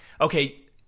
okay